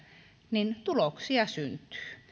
niin tuloksia syntyy